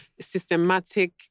systematic